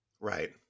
Right